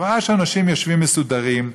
הוא ראה שאנשים יושבים מסודרים,